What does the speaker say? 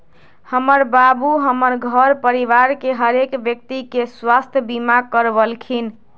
हमर बाबू हमर घर परिवार के हरेक व्यक्ति के स्वास्थ्य बीमा करबलखिन्ह